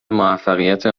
موفقیت